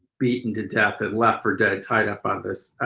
beaten to death and left for dead, tied up on this